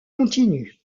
continue